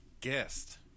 guest